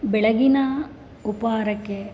ಬೆಳಗಿನ ಉಪಹಾರಕ್ಕೆ